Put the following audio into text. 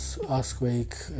earthquake